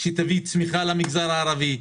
שתביא צמיחה למגזר הערבי,